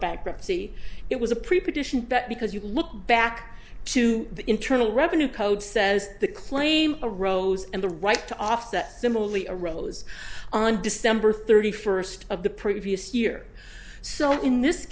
bankruptcy it was a preposition but because you look back to the internal revenue code says the claim a rose and the right to offset similarly a rose on december thirty first of the previous year so in this